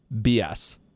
BS